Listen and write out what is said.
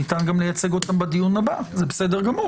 כן לגשר על הפער של החקיקה הראשית,